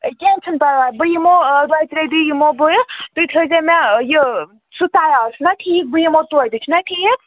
کیٚنٛہہ چھُنہٕ پَرواے بہٕ یِمو دۄہِ ترٛیہِ دۄہۍ یِمو بہٕ تُہۍ تھٲے زیٚو مےٚ یہِ سُہ تیار چھُنا ٹھیٖک بہٕ یِمو توتہِ چھِنا ٹھیٖک